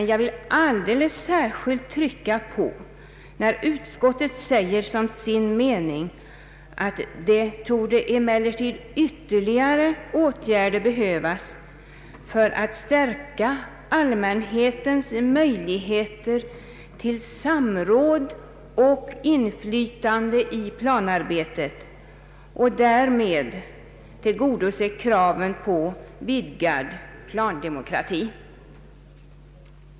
Jag vill dock alldeles särskilt trycka på att enligt utskottets mening torde emellertid ytterligare åtgärder böra vidtas för att stärka allmänhetens möjligheter till samråd och inflytande i planarbetet och därmed tillgodose kraven på vidgad plandemokrati.